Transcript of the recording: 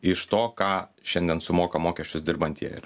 iš to ką šiandien sumoka mokesčius dirbantieji